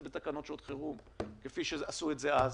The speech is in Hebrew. זה בתקנות שעת חירום כפי שעשו את זה אז,